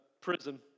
prison